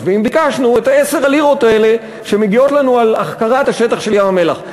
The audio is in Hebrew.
ואם ביקשנו את 10 הלירות האלה שמגיעות לנו על החכרת השטח של ים-המלח.